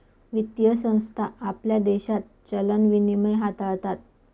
वित्तीय संस्था आपल्या देशात चलन विनिमय हाताळतात